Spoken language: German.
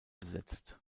besetzt